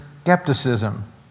skepticism